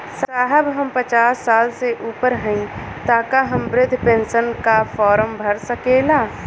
साहब हम पचास साल से ऊपर हई ताका हम बृध पेंसन का फोरम भर सकेला?